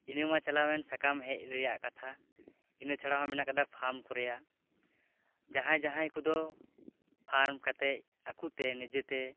ᱤᱱᱟᱹᱢᱟ ᱪᱟᱞᱟᱣᱭᱮᱱ ᱥᱟᱠᱟᱢ ᱦᱮᱡ ᱨᱮᱭᱟᱜ ᱠᱟᱛᱷᱟ ᱤᱱᱟᱹ ᱪᱷᱟᱲᱟ ᱦᱚᱸ ᱢᱮᱱᱟᱜ ᱠᱟᱫᱟ ᱯᱷᱟᱢ ᱠᱚᱨᱮᱭᱟᱜ ᱡᱟᱦᱟᱸᱭ ᱡᱟᱦᱟᱸᱭ ᱠᱚᱫᱚ ᱯᱷᱟᱨᱢ ᱠᱟᱛᱮᱜ ᱟᱠᱚ ᱛᱮ ᱱᱤᱡᱮ ᱛᱮ